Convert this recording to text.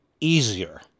easier